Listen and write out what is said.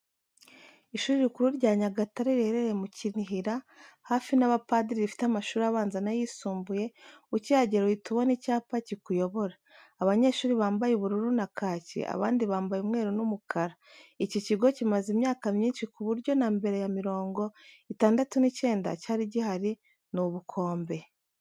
Ishuri rikuru rya Nyagatare riherereye mukinihira hafi n'abapadiri rifite amahuri abanza n'ayisumbuye ukihagera uhita ubona icyapa kikuyobora. Abanyeshuri bambaye ubururu na kaki abandi bambaye umweru n'umukara. iki kigo kimaze imyaka myinshi kuburyo nambere ya mirongo itandatu nicyenda cyari gihari nubukombe.